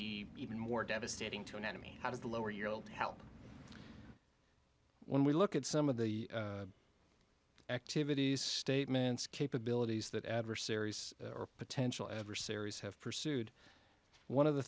be even more devastating to an enemy how does the lower your old help when we look at some of the activities statements capabilities that adversaries or potential adversaries have pursued one of the